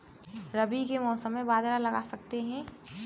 रवि के मौसम में बाजरा लगा सकते हैं?